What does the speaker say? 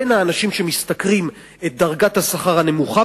בין האנשים שמשתכרים את דרגת השכר הנמוכה